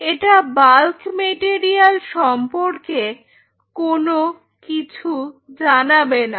এটা bulk material সম্পর্কে কোন কিছু জানাবে না